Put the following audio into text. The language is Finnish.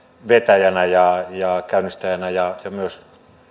vetäjänä ja ja käynnistäjänä ja ja myös